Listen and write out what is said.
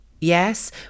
Yes